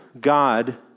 God